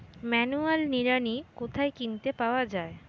Manual নিড়ানি কোথায় কিনতে পাওয়া যায়?